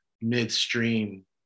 midstream